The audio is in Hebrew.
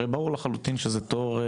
הרי ברור לחלוטין שזה תור ,